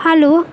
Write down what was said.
hello